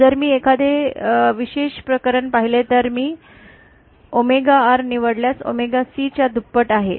जर मी एखादे विशेष प्रकरण पाहिले तर मी ओमेगा r निवडल्यास ओमेगा C च्या दुप्पट आहे